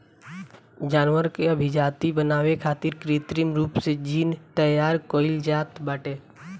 जानवर के अभिजाति बनावे खातिर कृत्रिम रूप से जीन तैयार कईल जात बाटे